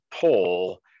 pull